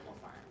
Farm